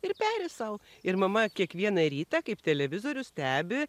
ir peri sau ir mama kiekvieną rytą kaip televizorių stebi